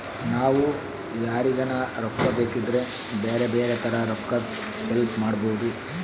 ನಾವು ಯಾರಿಗನ ರೊಕ್ಕ ಬೇಕಿದ್ರ ಬ್ಯಾರೆ ಬ್ಯಾರೆ ತರ ರೊಕ್ಕದ್ ಹೆಲ್ಪ್ ಮಾಡ್ಬೋದು